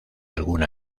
alguna